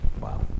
wow